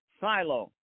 silo